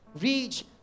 reach